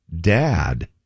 dad